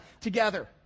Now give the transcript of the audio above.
together